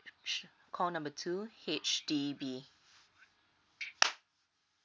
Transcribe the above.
call number two H_D_B